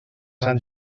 sant